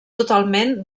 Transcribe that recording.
totalment